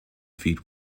feat